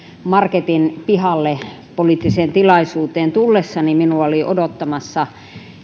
marketin pihalle poliittiseen tilaisuuteen tullessani minua oli odottamassa